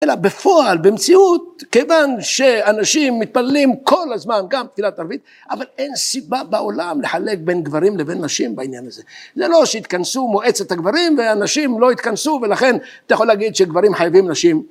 אלא בפועל, במציאות, כיוון שאנשים מתפללים כל הזמן גם תפילת ערבית אבל אין סיבה בעולם לחלק בין גברים לבין נשים בעניין הזה. זה לא שהתכנסו מועצת הגברים, והנשים לא התכנסו ולכן אתה יכול להגיד שגברים חייבים נשים